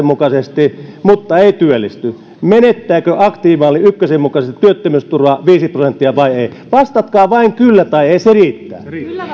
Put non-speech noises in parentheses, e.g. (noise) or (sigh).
(unintelligible) mukaisesti mutta ei työllisty niin menettääkö aktiivimalli ykkösen mukaisesti työttömyysturvaa viisi prosenttia vai ei vastatkaa vain kyllä tai ei se riittää